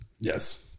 Yes